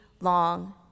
long